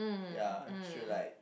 ya should like